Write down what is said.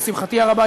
לשמחתי הרבה,